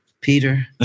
Peter